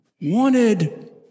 wanted